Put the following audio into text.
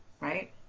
right